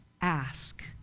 Ask